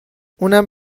اونم